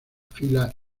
fila